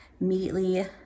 immediately